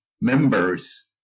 Members